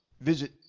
visit